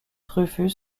rufus